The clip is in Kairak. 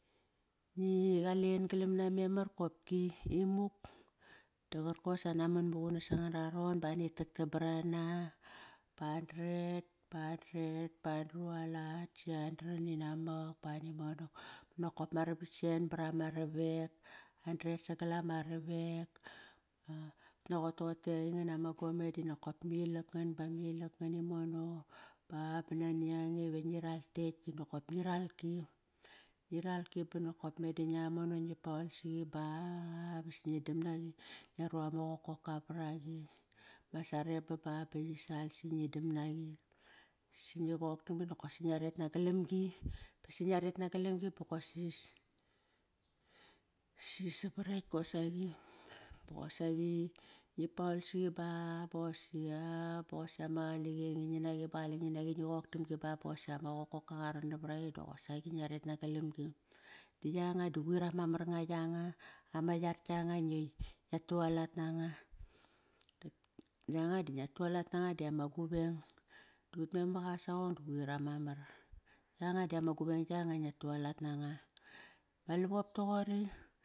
Qalen galam na memar kopki imuk da qarkos ana munmuqunas anga rarom ba ani taktam bara na bandret, bandret bandrualat si andran inamak ba ani monak. Nokop ma ravakt sen bar ama ravek. Ngan dret sagal ama ravek. Utnaqot toqotei ngan ama gome dinokop ma ilak ngan bama ilak ngan imono ba, ba nani ange va ngiral kekt doqop ngi ralki. Ngiralki nokop meda ngia mono ngi paol siqi basi ngi dam naqi. Ngia ru anga qokoka var aqi ma sarebam ba bi qisal si ngi dam naqi, si ngi qoktam gi si ngia ret na galam gi Basi ngia ret nagalam gi basias sis savar ekt qosaqi bosaqi ngi paol siqi ba bosia, bosia ama lange qalenge ngin naqi ba qalenge nginaqi, ngi qoktam gi ba basia ma qokoka qaran navar aqi qosaqi ngiaret nagalamgi. Di yanga di quir ama mar nga yanga, ama yar kianga ngi ngia tualat nanga. Yanga di ngia tualat nanga diama guveng dut memakasaqong di quir ama mar yanga dama guveng gianga ingua tualat nanga ma lavop toqori.